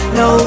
no